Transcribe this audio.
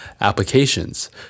applications